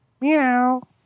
Meow